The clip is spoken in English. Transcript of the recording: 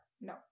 No